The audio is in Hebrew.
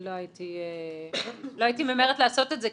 לא הייתי ממהרת לעשות את זה,